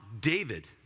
David